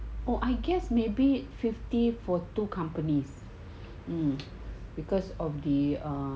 oh I guess maybe fifty four two companies because of the err